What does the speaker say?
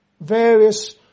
various